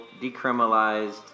decriminalized